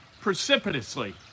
precipitously